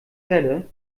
celle